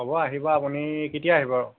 হ'ব আহিব আপুনি কেতিয়া আহিব